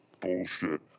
bullshit